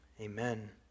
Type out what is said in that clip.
Amen